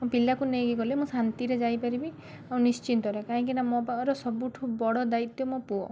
ମୁଁ ପିଲାକୁ ନେଇକି ଗଲେ ମୁଁ ଶାନ୍ତିରେ ଯାଇପାରିବି ଆଉ ନିଶ୍ଚିନ୍ତରେ କାହିଁକିନା ମୋ ପାଖରେ ସବୁଠୁ ବଡ଼ ଦାୟିତ୍ୱ ମୋ ପୁଅ